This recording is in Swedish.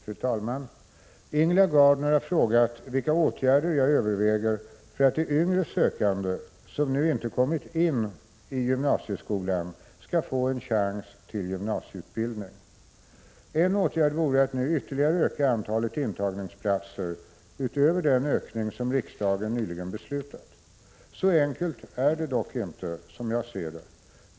Fru talman! Ingela Gardner har frågat vilka åtgärder jag överväger för att de yngre sökande som nu inte kommit in i gymnasieskolan skall få en chans till gymnasieutbildning. En åtgärd vore att nu ytterligare öka antalet intagningsplatser utöver den ökning som riksdagen nyligen beslutat. Så enkelt är det dock inte, som jag ser det.